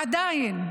עדיין,